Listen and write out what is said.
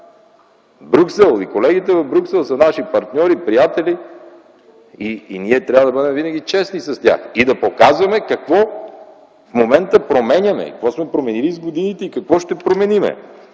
забравяме. Колегите в Брюксел са наши партньори и приятели и ние трябва винаги да бъдем честни с тях и да показваме какво в момента променяме, какво сме променили през годините и какво ще променим.